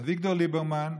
אביגדור ליברמן,